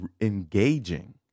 engaging